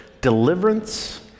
deliverance